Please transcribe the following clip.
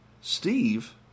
Steve